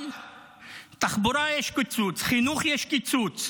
אבל בתחבורה יש קיצוץ, בחינוך יש קיצוץ,